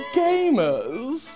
gamers